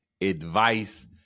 Advice